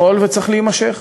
יכול וצריך להימשך,